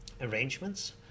arrangements